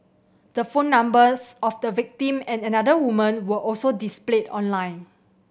the phone numbers of the victim and another woman were also displayed online